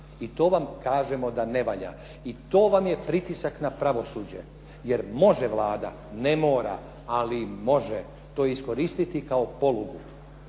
i to vam kažemo da ne valja. I to vam je pritisak na pravosuđe jer može Vlada, ne mora ali može to iskoristiti kao polugu